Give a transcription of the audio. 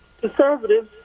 conservatives